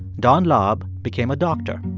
don laub became a doctor.